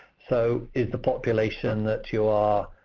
so is the population that you're